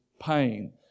pain